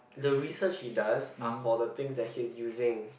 the research he does are for the things that he's using